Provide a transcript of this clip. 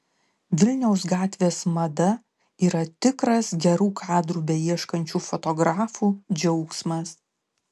vilniaus gatvės mada yra tikras gerų kadrų beieškančių fotografų džiaugsmas